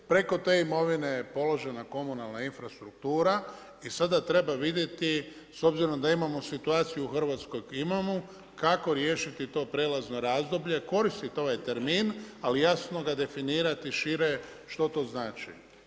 Preko te imovine, poležena komunalna infrastruktura i sada treba vidjeti, s obzirom da imamo situaciju u Hrvatskoj kako imamo, kako riješiti to prijelazno razdoblje, koristiti ovaj termin, ali ga jasno definirati šire što to znači?